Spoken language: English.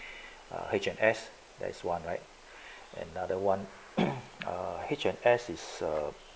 H&S there's one right another one H&S is a